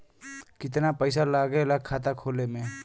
कितना पैसा लागेला खाता खोले में?